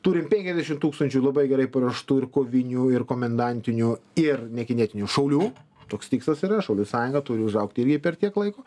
turim penkiasdešim tūkstančių labai gerai paruoštų ir kovinių ir komendantinių ir nekinetinių šaulių toks tikslas yra šaulių sąjunga turi užaugti irgi per tiek laiko